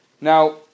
Now